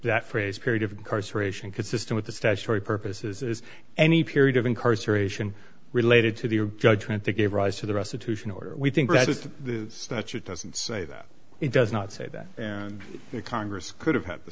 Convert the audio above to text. that phrase period of course ration consistent with the statutory purposes is any period of incarceration related to the judgment that gave rise to the restitution order we think that it's the statute doesn't say that it does not say that and congress could have had the